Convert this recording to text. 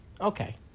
Okay